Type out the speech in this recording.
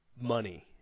money